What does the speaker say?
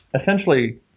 essentially